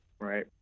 Right